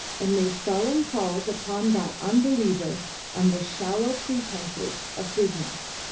and made solemn calls upon that unbeliever under shallow pretences of business,